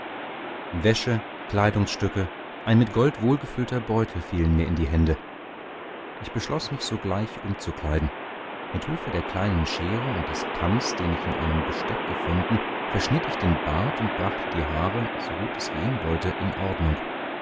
wäsche kleidungsstücke ein mit gold wohlgefüllter beutel fielen mir in die hände ich beschloß mich sogleich umzukleiden mit hülfe der kleinen schere und des kamms den ich in einem besteck gefunden verschnitt ich den bart und brachte die haare so gut es gehen wollte in ordnung